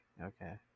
okay